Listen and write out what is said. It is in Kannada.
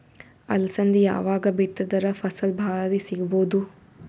ಅಲಸಂದಿ ಯಾವಾಗ ಬಿತ್ತಿದರ ಫಸಲ ಭಾರಿ ಸಿಗಭೂದು?